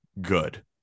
Good